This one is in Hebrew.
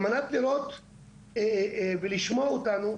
על מנת לראות ולשמוע אותנו,